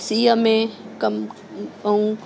सीअ में कम ऐं